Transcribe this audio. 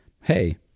hey